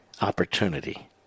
opportunity